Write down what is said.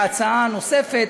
וההצעה הנוספת,